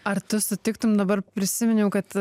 ar tu sutiktum dabar prisiminiau kad